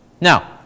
Now